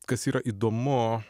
kas yra įdomu